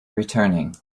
returning